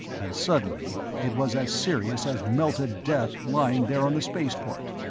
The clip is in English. and suddenly it was as serious as melted death lying there on the spaceport.